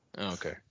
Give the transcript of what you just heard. Okay